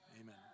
Amen